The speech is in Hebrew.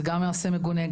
זה גם מעשה מגונה,